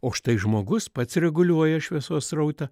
o štai žmogus pats reguliuoja šviesos srautą